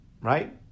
Right